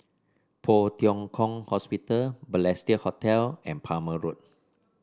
Poh Tiong Kiong Hospital Balestier Hotel and Palmer Road